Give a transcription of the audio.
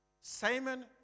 Simon